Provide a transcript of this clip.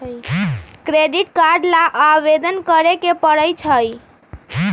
credit card ला आवेदन करे के परई छई